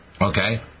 okay